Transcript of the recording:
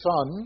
Son